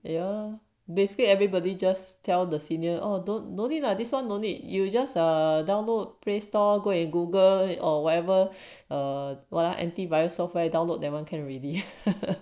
ya basically everybody just tell the senior oh don't need lah this [one] no need you just download play store go and google or whatever or what lah antivirus software download that [one] can already